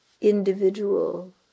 individual